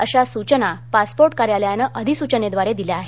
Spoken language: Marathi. अशा सुचना पासपोर्ट कार्यालयानं अधिसुचनेद्वारे दिल्या आहेत